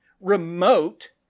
remote